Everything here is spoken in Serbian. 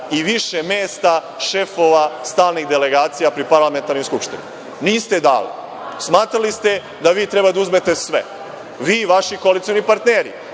i više mesta šefova stalnih delegacija pri Parlamentarnoj skupštini. Niste dali. Smatrali ste da vi treba da uzmete sve, vi i vaši koalicioni partneri.